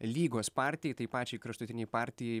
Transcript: lygos partijai tai pačiai kraštutinei partijai